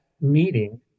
meeting